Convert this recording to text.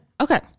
Okay